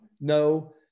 No